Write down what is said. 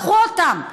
קחו אותם,